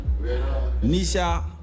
Nisha